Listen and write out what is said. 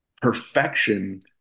perfection